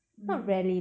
mm